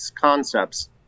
concepts